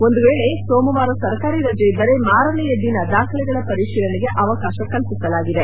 ಒಂದು ವೇಳೆ ಸೋಮವಾರ ಸರಕಾರಿ ರಜೆ ಇದ್ದರೆ ಮಾರನೆಯ ದಿನ ದಾಖಲೆಗಳ ಪರಿಶೀಲನೆಗೆ ಅವಕಾಶ ಕಲಿಸಲಾಗಿದೆ